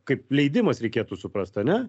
kaip leidimas reikėtų suprast ane